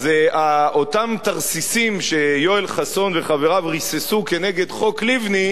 אז אותם תרסיסים שיואל חסון וחבריו ריססו כנגד חוק לבני,